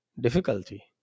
Difficulty